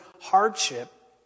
hardship